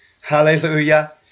Hallelujah